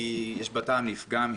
יש בה טעם לפגם,